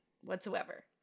whatsoever